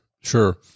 sure